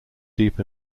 deep